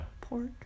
Pork